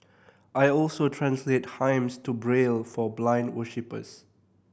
I also translate hymns to Braille for blind worshippers